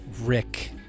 rick